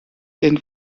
den